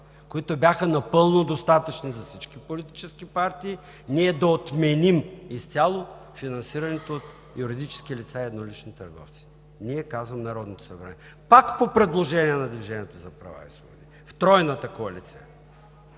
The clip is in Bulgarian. които бяха напълно достатъчни за всички политически партии, ние да отменим изцяло финансирането от юридически лица и еднолични търговци – ние, казвам, Народното събрание, пак по предложение на „Движението за права и свободи“ в тройната коалиция.